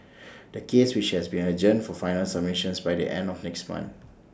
the case has been adjourned for final submissions by the end of next month